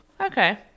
okay